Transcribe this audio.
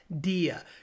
Dia